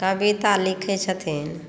कविता लिखै छथिन